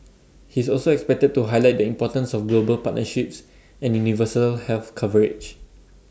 he is also expected to highlight the importance of global partnerships and universal health coverage